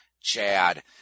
Chad